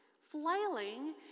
flailing